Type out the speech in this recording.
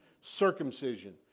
Circumcision